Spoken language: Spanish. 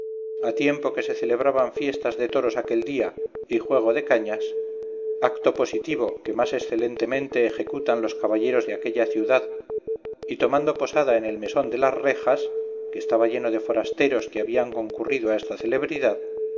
a tiempo que se celebraban fiestas de toros aquel día y juego de cañas acto positivo que más excelentemente ejecutan los caballeros de aquella ciudad y tomando posada en el mesón de las rejas que estaba lleno de forasteros que habían concurrido a esta celebridad